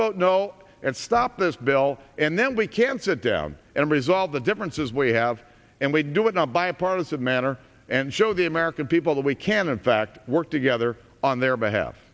vote no and stop this bill and then we can sit down and resolve the differences we have and we do it in a bipartisan manner and show the american people that we can in fact work together on their behalf